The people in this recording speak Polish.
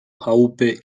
chałupy